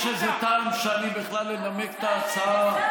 יש איזה טעם שאני בכלל אנמק את ההצעה,